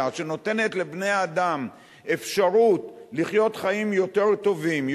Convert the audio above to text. שנותנת לבני-האדם אפשרות לחיות חיים יותר טובים,